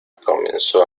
comenzó